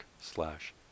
slash